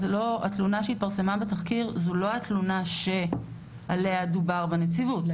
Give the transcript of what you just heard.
התלונה שהתפרסמה בתחקיר זו לא התלונה שעליה דובר בנציבות,